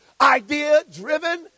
idea-driven